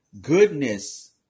goodness